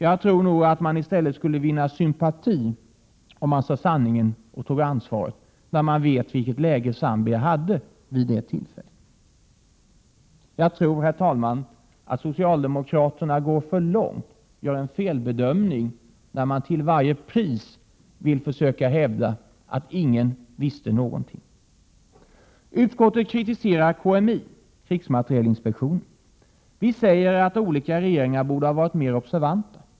Jag tror att socialdemokraterna i stället skulle vinna sympati om de sade sanningen och tog ansvaret, med tanke på Zambias läge vid det tillfället. Jag tror att socialdemokraterna går för långt, att de gör en felbedömning, när de till varje pris vill försöka hävda att ingen visste någonting. Utskottet kritiserar krigsmaterielinspektionen, KMI. Vi säger att olika regeringar borde ha varit mera observanta.